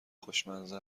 خوشمزه